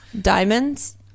Diamonds